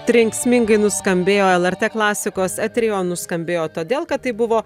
trenksmingai nuskambėjo lrt klasikos etery o nuskambėjo todėl kad tai buvo